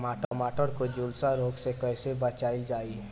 टमाटर को जुलसा रोग से कैसे बचाइल जाइ?